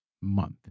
month